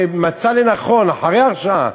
ובית-המשפט מצא לנכון אחרי ההרשעה,